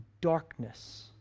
Darkness